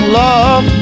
love